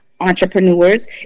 entrepreneurs